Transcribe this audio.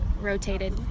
rotated